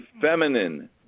feminine